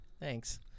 Thanks